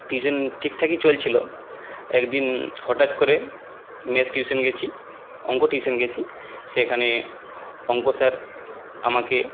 tuition ঠিকঠাকই চলছিলো একদিন হঠাৎ করে ম্যাথ টিউশন গেছি অঙ্ক টিউশন গেছি সেখানে অঙ্ক স্যার আমাকে